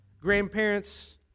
Grandparents